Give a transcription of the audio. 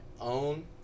own